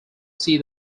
see